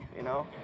you know.